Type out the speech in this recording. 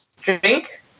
drink